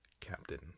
Captain